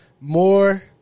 More